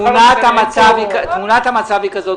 תמונת המצב היא כזאת.